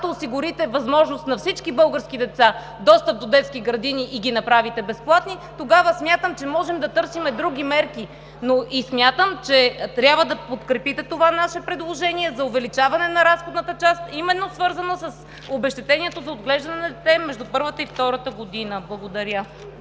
Когато осигурите възможност на всички български деца, достъп до детски градини, и ги направите безплатни, тогава смятам, че можем да търсим други мерки, но и смятам, че трябва да подкрепите това наше предложение за увеличаване на разходната част именно свързано с обезщетението за отглеждане на дете между първата и втората година. Благодаря.